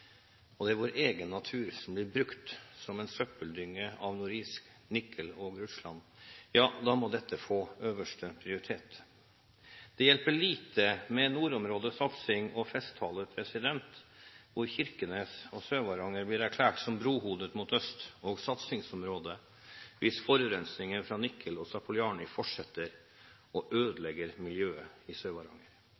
og det er vår egen natur som blir brukt som en søppeldynge av Norilsk Nickel og Russland, ja, da må dette få øverste prioritet. Det hjelper lite med nordområdesatsing og festtaler hvor Kirkenes og Sør-Varanger blir erklært som brohodet mot øst og satsingsområde, hvis forurensningen fra Nikel og Zapoljarnij fortsetter å ødelegge miljøet i Sør-Varanger og